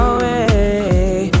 Away